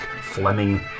Fleming